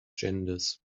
genders